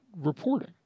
reporting